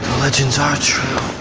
legends are true.